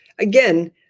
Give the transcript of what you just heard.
Again